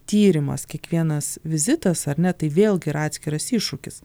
tyrimas kiekvienas vizitas ar ne tai vėlgi yra atskiras iššūkis